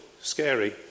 scary